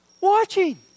watching